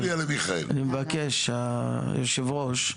היושב ראש,